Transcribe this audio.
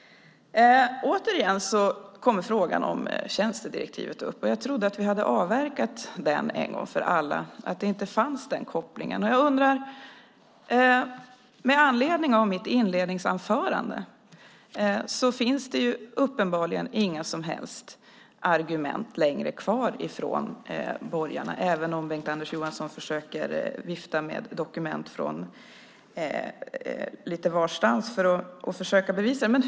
Återigen kommer frågan om tjänstedirektivet upp. Jag trodde att vi en gång för alla hade avverkat att den kopplingen inte finns. Det finns uppenbarligen inga som helst argument kvar från borgarna längre, även om Bengt-Anders Johansson försöker vifta med dokument från lite varstans för att försöka bevisa motsatsen.